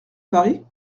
paris